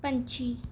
ਪੰਛੀ